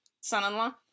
son-in-law